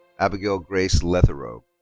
abigail grace leatherow.